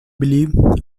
believe